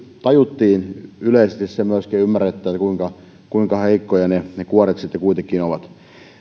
tajuttiin yleisesti se kuinka kuinka heikkoja ne ne kuoret kuitenkin ovat